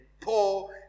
Paul